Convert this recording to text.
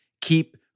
keep